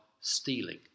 stealing